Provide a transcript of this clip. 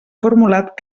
formulat